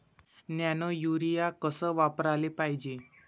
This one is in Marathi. नैनो यूरिया कस वापराले पायजे?